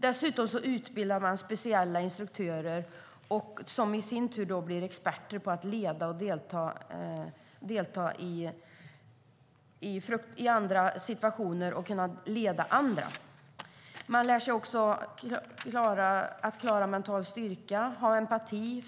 Dessutom utbildas speciella instruktörer som i sin tur blir experter på att delta i andra situationer och på att kunna leda andra. Man lär sig också att ha mental styrka, empati,